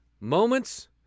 moments